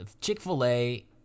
chick-fil-a